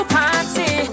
party